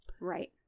Right